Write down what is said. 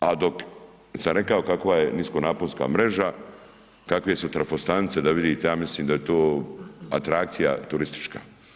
Znači, a dok sam rekao kakva je niskonaponska mreža, kakve su trafostanice, da vidite, ja mislim da je to atrakcija turistička.